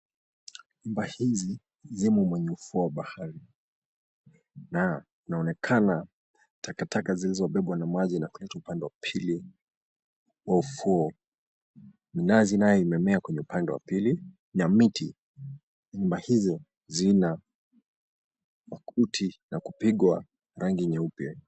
Nyumba hizi zimo kwenye ufuo wa bahari na unaonekana takataka zilizobebwa na maji na kuletwa upande wa pili wa ufuo. Minazi nayo imemea kwenye upande wa pili na miti, nyumba hizo zina makuti na kupigwa rangi nyeupe.